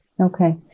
Okay